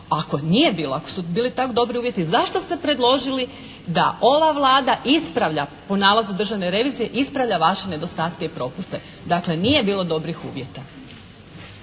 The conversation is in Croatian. ako nije bila, ako su bili tako dobri uvjeti zašto ste predložili da ova Vlada ispravlja po nalazu državne revizije ispravlja vaše nedostatke i propuste. Dakle nije bilo dobrih uvjeta.